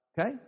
Okay